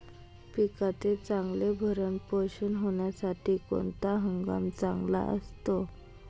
पिकाचे चांगले भरण पोषण होण्यासाठी कोणता हंगाम चांगला असतो?